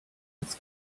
its